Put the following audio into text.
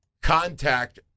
contact